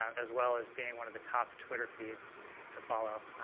um as well as being one of the top twitter feeds to follow,